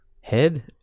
head